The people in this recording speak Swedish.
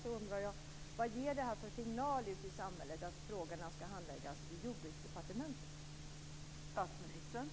Då undrar jag vad det ger för signaler ute i samhället att frågorna skall handläggas i Jordbruksdepartementet.